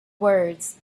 words